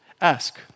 ask